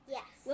Yes